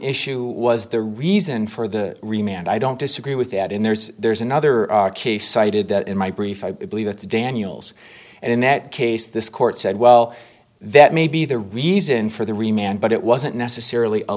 issue was the reason for the remain and i don't disagree with that in there's there's another case cited that in my brief i believe it's daniels and in that case this court said well that may be the reason for the remaining but it wasn't necessarily a